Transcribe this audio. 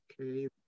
Okay